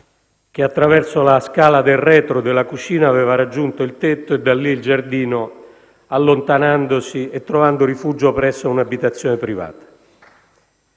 che attraverso la scala del retro della cucina aveva raggiunto il tetto e da lì il giardino, allontanandosi e trovando rifugio presso un'abitazione privata.